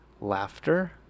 laughter